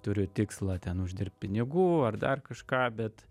turiu tikslą ten uždirbt pinigų ar dar kažką bet